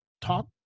talk